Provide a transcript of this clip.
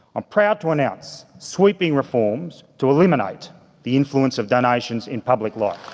i'm proud to announce sweeping reforms to eliminate the influence of donations in public life.